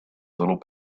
little